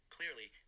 Clearly